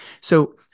So-